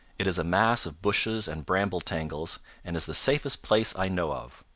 it is a mass of bushes and bramble-tangles and is the safest place i know of.